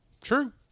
True